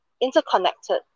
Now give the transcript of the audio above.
interconnected